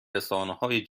رسانههای